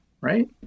Right